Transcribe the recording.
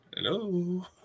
Hello